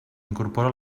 incorpora